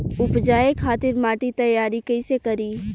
उपजाये खातिर माटी तैयारी कइसे करी?